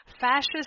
fascist